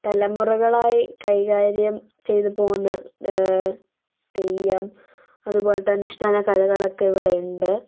തലമുറകളായി കൈകാര്യം ചെയ്തു പോകുന്ന തെയ്യം അതുപോലെത്തെ അനുഷ്ഠാന കലകളൊക്കെ ഇവിടെ ഉണ്ട്